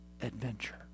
adventure